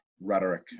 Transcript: rhetoric